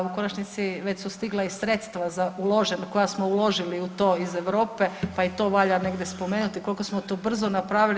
U konačnici već su stigla i sredstva uložena, koja smo uložili u to iz Europe pa i to valja negdje spomenuti koliko smo to brzo napravili.